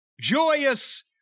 joyous